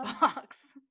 box